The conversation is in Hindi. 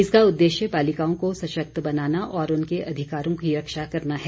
इसका उद्देश्य बालिकाओं को सशक्त बनाना और उनके अधिकारों की रक्षा करना है